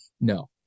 no